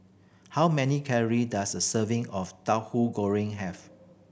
how many calorie does a serving of goreng have